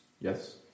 Yes